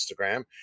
Instagram